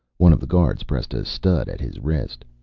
one of the guards pressed a stud at his wrist.